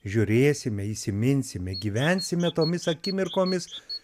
žiūrėsime įsiminsime gyvensime tomis akimirkomis